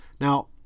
Now